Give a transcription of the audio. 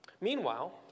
Meanwhile